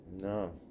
No